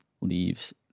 leaves